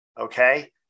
Okay